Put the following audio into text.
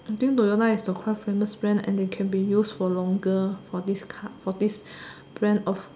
I think Toyota is the quite famous brand and they can be use for longer for this car for this brand of